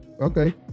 Okay